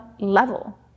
level